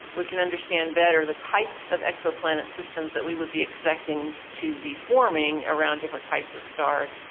we can understand better the types of exoplanet systems that we would be expecting to be forming around different types of stars,